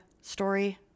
story